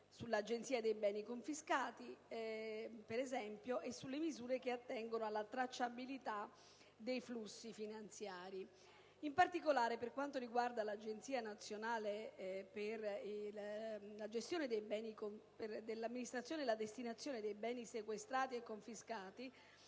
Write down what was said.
sull'Agenzia per i beni confiscati, per esempio, e sulle misure che attengono alla tracciabilità dei flusso finanziari. In particolare, per quanto riguarda l'Agenzia nazionale per l'amministrazione e la destinazione dei beni sequestrati e confiscati